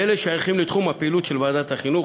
ואלה שייכים לתחום הפעילות של ועדת החינוך,